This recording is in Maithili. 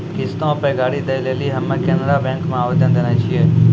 किश्तो पे गाड़ी दै लेली हम्मे केनरा बैंको मे आवेदन देने छिये